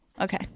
okay